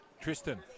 Tristan